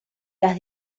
las